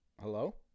hello